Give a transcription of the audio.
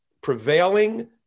prevailing